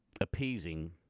appeasing